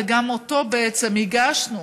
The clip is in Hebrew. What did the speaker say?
וגם אותו בעצם הגשנו